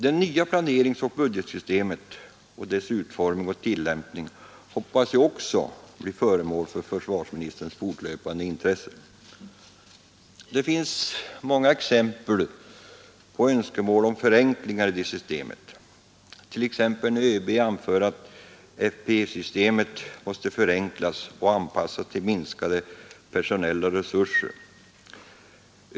Det nya planeringsoch budgetsystemet och dettas utformning och tillämpning hoppas jag också blir föremål för försvarsministerns fortlöpande intresse. Det finns många exempel på önskemål om förenklingar i detta system, t.ex. när ÖB anför att ”FPE-systemet måste förenklas och anpassas till minskade personella resurser”.